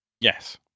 Yes